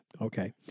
Okay